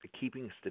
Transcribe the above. keeping